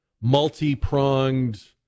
multi-pronged